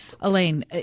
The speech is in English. Elaine